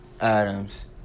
Adams